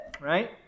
right